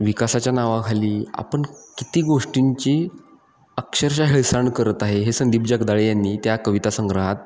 विकासाच्या नावाखाली आपण किती गोष्टींची अक्षरशः हेळसांड करत आहे हे संदीप जगदाळे यांनी त्या कविता संग्रहात